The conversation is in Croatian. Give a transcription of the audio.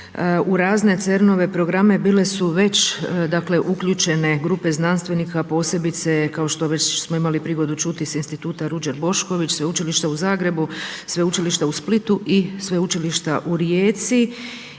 u razne CERN-ove programe bile su već dakle uključene grupe znanstvenika, posebice kao što već smo imali priliku čuti sa Instituta Ruđer Bošković, Sveučilišta u Zagrebu, Sveučilišta u Splitu i Sveučilišta u Rijeci.